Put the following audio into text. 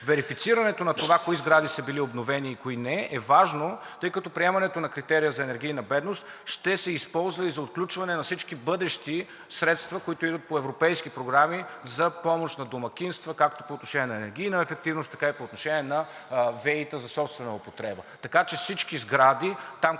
Верифицирането на това кои сгради са били обновени и кои не е важно, тъй като приемането на критерия за енергийна бедност ще се използва и за отключване на всички бъдещи средства, които идват по европейски програми, за помощ на домакинства както по отношение на енергийна ефективност, така и по отношение на ВЕИ та за собствена употреба. Така че всички сгради – там,